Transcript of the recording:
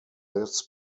this